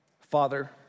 Father